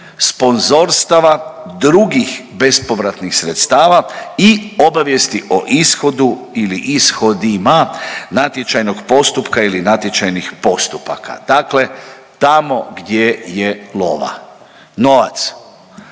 sponzorstava drugih bespovratnih sredstava i obavijesti o ishodu ili ishodima natječajnog postupka ili natječajnih postupaka. Dakle tamo gdje je lova. Novac.